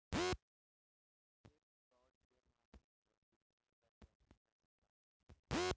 check fraud के माध्यम से वित्तीय गड़बड़ी कईल जाला